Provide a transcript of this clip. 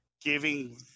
giving